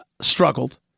struggled